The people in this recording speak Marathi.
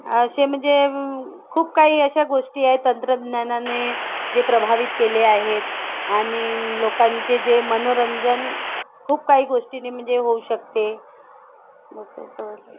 असे म्हणजे खूप काही अशा गोष्टी आहे तंत्रज्ञानाने जे प्रभावित केले आहेत आणि लोकांचे जे मनोरंजन खूप काही गोष्टींनी म्हणजे होऊ शकते मस्त आहे समजलं